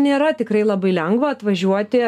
nėra tikrai labai lengva atvažiuoti